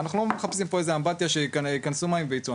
אנחנו לא מחפשים פה איזו אמבטיה שייכנסו מים וייצאו,